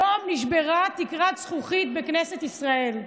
היום נשברה תקרת זכוכית בכנסת ישראל.